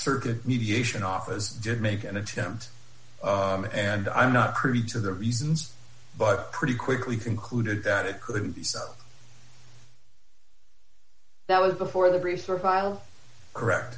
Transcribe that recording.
circuit mediation office did make an attempt and i'm not privy to the reasons but pretty quickly concluded that it could be that was before the research file correct